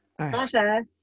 Sasha